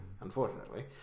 unfortunately